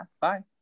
bye